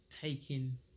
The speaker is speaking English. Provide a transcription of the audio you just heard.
taking